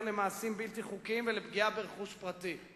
למעשים בלתי חוקיים ולפגיעה ברכוש פרטי.